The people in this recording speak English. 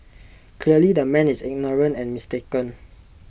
clearly the man is ignorant and mistaken